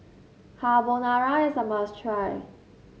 carbonara is a must try